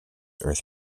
earth